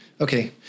Okay